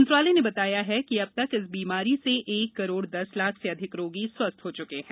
मंत्रालय ने बताया है अब तक इस बीमारी से एक करोड़ दस लाख से अधिक रोगी स्वरस्थब हो चुके हैं